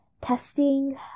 testing